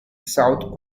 south